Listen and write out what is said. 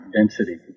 density